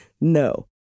No